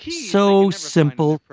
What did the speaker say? so simple,